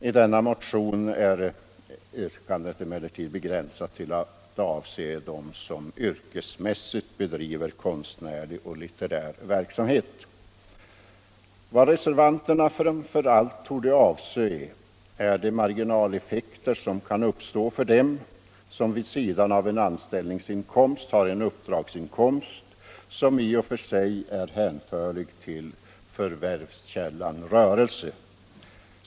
I denna motion är yrkandet emellertid begränsat till att avse dem som yrkesmässigt bedriver konstnärlig och litterär verksamhet. Vad reservanterna framför allt torde avse är de marginaleffekter som kan uppstå för dem som vid sidan av en anställningsinkomst har en uppdragsinkomst som i och för sig är hänförlig till förvärvskällan rörelse.